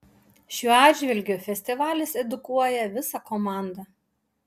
šiuo atžvilgiu festivalis edukuoja visą komandą